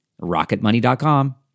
rocketmoney.com